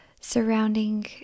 surrounding